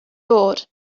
board